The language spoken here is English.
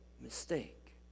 mistake